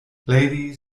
ladies